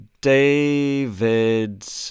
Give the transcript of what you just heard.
David